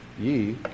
ye